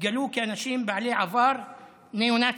התגלו כאנשים בעלי עבר ניאו-נאצי.